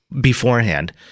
beforehand